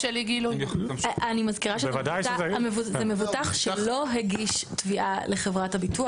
אני מזכירה שזה מבוטח שלא הגיש תביעה לחברת הביטוח,